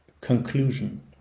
Conclusion